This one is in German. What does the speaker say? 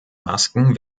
masken